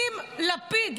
אם לפיד,